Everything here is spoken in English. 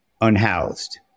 Unhoused